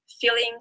feelings